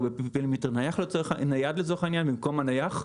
שם משתמשים רק בפיפל מיטר נייד במקום הנייח.